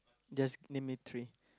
just name me three